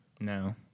No